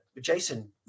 Jason